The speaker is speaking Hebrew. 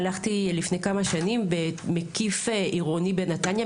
הלכתי לפני כמה שנים במקיף עירוני בנתניה,